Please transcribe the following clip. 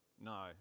No